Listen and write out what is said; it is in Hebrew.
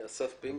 אסף פינק,